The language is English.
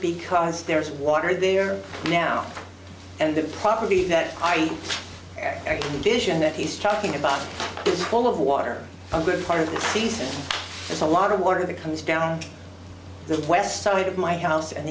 because there is water they are now and the property that condition it he's talking about is full of water a good part of the season there's a lot of water that comes down the west side of my house and